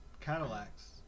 Cadillacs